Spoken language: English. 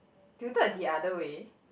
tilted the other way